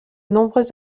nombreux